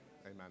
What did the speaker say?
Amen